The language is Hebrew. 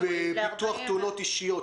ל-40 ש"ח.